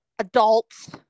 adults